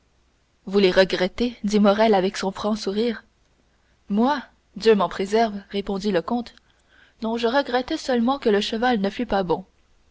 vous les regrettez dit morrel avec son franc sourire moi dieu m'en préserve répondit le comte non je regretterais seulement que le cheval ne fût pas bon